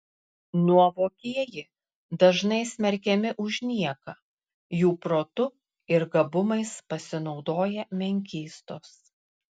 nuovokieji dažnai smerkiami už nieką jų protu ir gabumais pasinaudoja menkystos